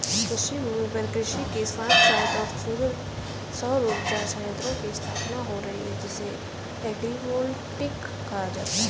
कृषिभूमि पर कृषि के साथ साथ सौर उर्जा संयंत्रों की स्थापना हो रही है जिसे एग्रिवोल्टिक कहा जाता है